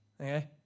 Okay